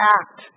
act